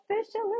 officially